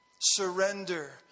Surrender